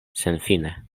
senfine